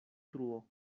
truo